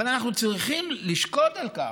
אבל אנחנו צריכים לשקוד על כך,